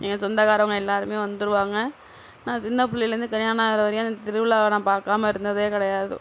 என் சொந்தக்காரங்க எல்லோருமே வந்துடுவாங்க நான் சின்ன பிள்ளைலேர்ந்து கல்யாணம் ஆகுகிற வரையும் அந்த திருவிழாவை நான் பார்க்காம இருந்ததே கிடையாது